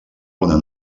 una